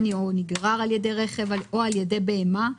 בכניסה ועם מונית עולה לו 30 שקלים פלוס מס גודש.